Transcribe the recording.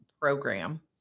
program